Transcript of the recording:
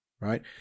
right